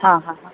ಹಾಂ ಹಾಂ ಹಾಂ